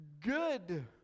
good